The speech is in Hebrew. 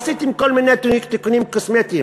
עשיתם כל מיני תיקונים קוסמטיים,